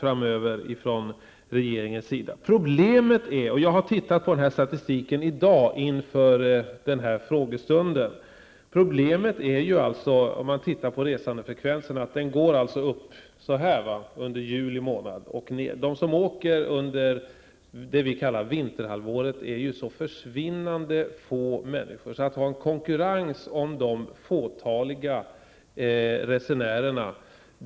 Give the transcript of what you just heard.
Jag har i dag tittat på denna statistik, inför frågestunden, och problemet är att resandefrekvensen går brant upp under juli månad. Det är så försvinnande få som reser under vinterhalvåret att det naturligtvis inte är särskilt meningsfullt att konkurrera om de resenärerna.